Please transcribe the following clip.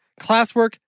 classwork